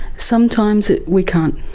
sometimes we can't,